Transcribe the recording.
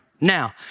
Now